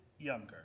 younger